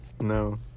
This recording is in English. No